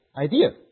idea